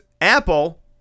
Apple